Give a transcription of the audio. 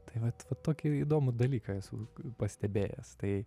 tai pat vat tokį įdomų dalyką esu pastebėjęs tai